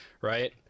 right